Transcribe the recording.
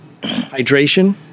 hydration—